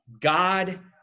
God